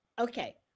Okay